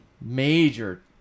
major